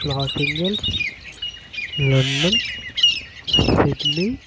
Los Angeles London Sydney